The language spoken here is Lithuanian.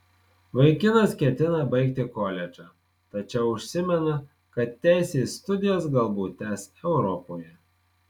vaikinas ketina baigti koledžą tačiau užsimena kad teisės studijas galbūt tęs europoje